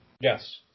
Yes